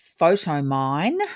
PhotoMine